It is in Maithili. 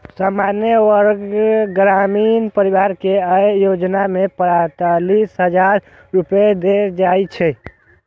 सामान्य वर्गक ग्रामीण परिवार कें अय योजना मे पैंतालिस हजार रुपैया देल जाइ छै